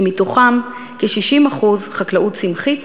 שמתוכם כ-60% חקלאות צמחית